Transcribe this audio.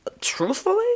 truthfully